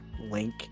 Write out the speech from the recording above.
link